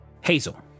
Hazel